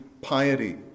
piety